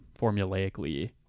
formulaically